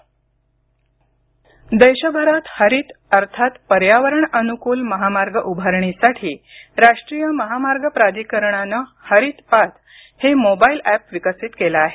नीतीन गडकरी देशभरात हरित अर्थात पर्यावरण अनुकूलमहामार्ग उभारणीसाठी राष्ट्रीय महामार्ग प्राधिकरणानं हरित पाथ हे मोबाईल ऍप विकसित केलं आहे